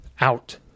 out